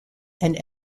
and